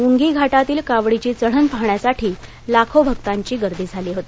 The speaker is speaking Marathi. मृंगी घाटातील कावडीची चढण पाहण्यासाठी लाखो भक्तांची गर्दी झाली होती